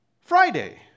Friday